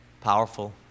powerful